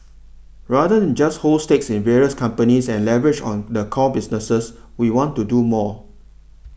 rather than just hold stakes in various companies and leverage on the core businesses we want to do more